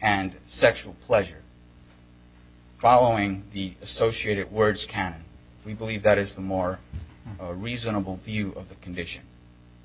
and sexual pleasure following the associated words can we believe that is the more reasonable view of the condition